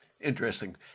Interesting